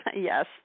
Yes